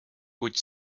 kuid